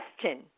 question